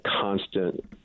constant